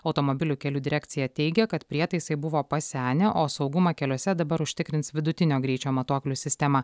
automobilių kelių direkcija teigia kad prietaisai buvo pasenę o saugumą keliuose dabar užtikrins vidutinio greičio matuoklių sistema